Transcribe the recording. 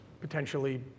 potentially